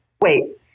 wait